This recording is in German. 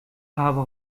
habe